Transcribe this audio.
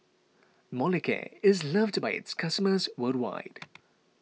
Molicare is loved by its customers worldwide